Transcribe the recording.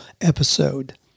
episode